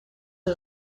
een